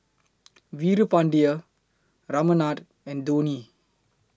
Veerapandiya Ramanand and Dhoni